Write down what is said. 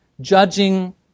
judging